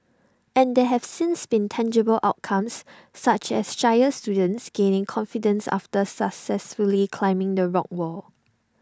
and there have since been tangible outcomes such as shyer students gaining confidence after successfully climbing the rock wall